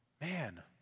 man